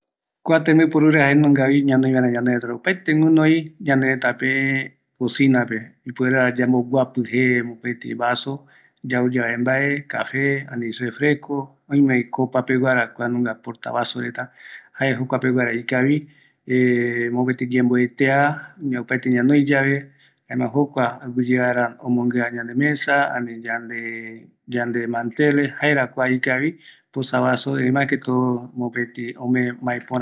Kua yande vaso iguapɨɨa, jaeko ömöpörä vaera, jare aguiyearavi omönguia yande karua, kua öime opaete aesa guinoiva